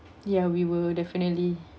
ya we will definitely